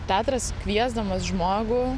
teatras kviesdamas žmogų